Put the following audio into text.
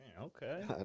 Okay